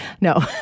No